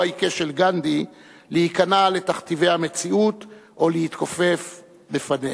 העיקש של גנדי להיכנע לתכתיבי המציאות או להתכופף בפניה.